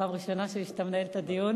זו פעם ראשונה שלי שאתה מנהל את הדיון.